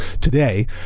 today